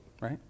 Right